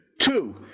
Two